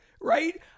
right